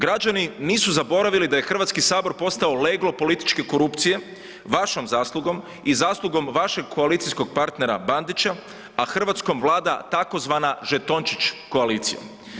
Građani nisu zaboravili da je HS postao leglo političke korupcije vašom zaslugom i zaslugom vašeg koalicijskog partnera Bandića, a Hrvatskom vlada tzv. žetončić koalicija.